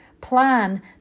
plan